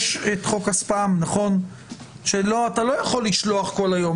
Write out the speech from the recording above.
נישאר רק עם סעיף אחד שמדבר על המסר נשלח לפי הוראת חיקוק או מינהל,